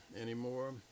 anymore